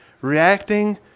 Reacting